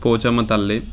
పోచమ్మ తల్లి